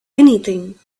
anything